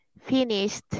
finished